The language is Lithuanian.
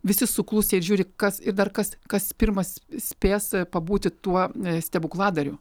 visi suklusę ir žiūri kas ir dar kas kas pirmas spės pabūti tuo stebukladariu